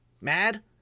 mad